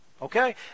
Okay